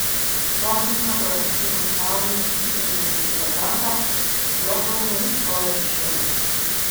vos už nugaros išnykus saulei džiuginsiančiai kitą krantą juodu ūmiai užklojo šešėlis